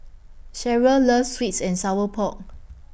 Sherryl loves Sweet and Sour Pork